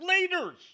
leaders